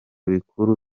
bikuru